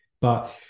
But-